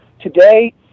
today